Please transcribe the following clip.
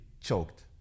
choked